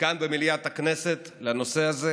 כאן במליאת הכנסת לנושא הזה,